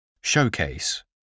Showcase